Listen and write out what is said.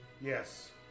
Yes